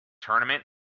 tournament